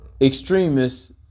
extremists